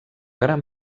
gran